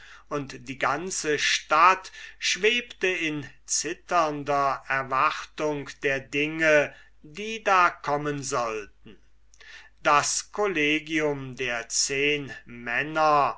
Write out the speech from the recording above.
und die ganze stadt schwebte in zitternder erwartung der dinge die da kommen sollten das collegium der zehnmänner